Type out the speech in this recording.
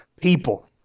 People